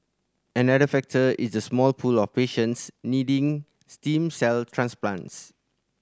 another factor is the small pool of patients needing stem cell transplants